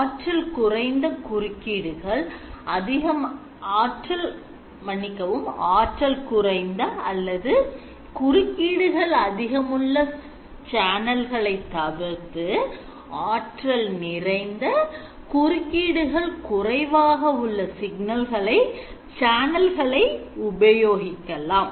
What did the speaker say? ஆற்றல் குறைந்த குறுக்கீடுகள் அதிகமுள்ள சேனல்களை தவிர்த்து ஆற்றல் நிறைந்த குறுக்கீடுகள் குறைவாக உள்ள சேனல்களை உபயோகிக்கலாம்